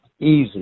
easy